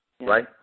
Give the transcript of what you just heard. Right